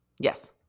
Yes